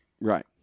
right